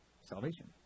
salvation